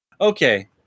Okay